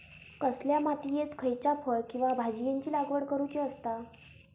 कसल्या मातीयेत खयच्या फळ किंवा भाजीयेंची लागवड करुची असता?